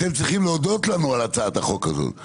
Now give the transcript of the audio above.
אתם צריכים להודות לנו על הצעת החוק הזאת.